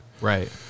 Right